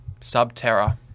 Subterra